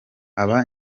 aba